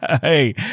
Hey